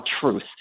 truth